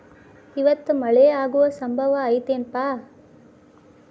ಇವತ್ತ ಮಳೆ ಆಗು ಸಂಭವ ಐತಿ ಏನಪಾ?